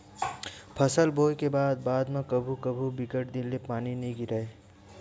फसल बोये के बाद म कभू कभू बिकट दिन ले पानी नइ गिरय